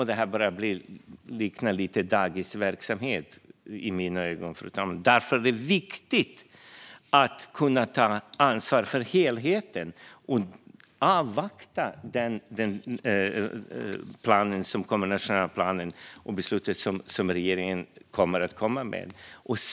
Det börjar lite likna dagisverksamhet, i mina ögon, fru talman. Därför är det viktigt att kunna ta ansvar för helheten och avvakta den nationella plan och det beslut som regeringen kommer att komma med.